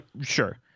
sure